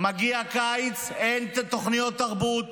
מגיע קיץ, אין תוכניות תרבות,